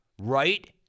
right